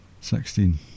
sixteen